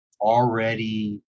already